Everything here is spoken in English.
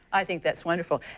i think that is wonderful.